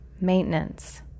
Maintenance